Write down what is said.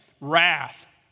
Wrath